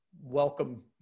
welcome